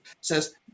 says